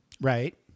Right